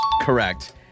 correct